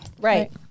Right